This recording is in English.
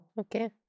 Okay